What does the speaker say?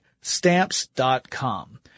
stamps.com